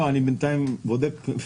לא, אני בינתיים בודק...